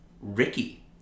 Ricky